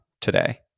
today